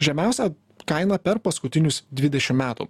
žemiausią kainą per paskutinius dvidešim metų